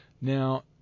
Now